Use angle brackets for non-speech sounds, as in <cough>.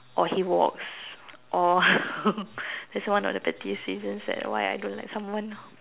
or he walks or <laughs> that's one of the pettiest reasons that why I don't like someone lor